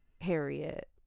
Harriet